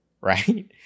right